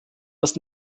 das